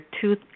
two